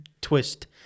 twist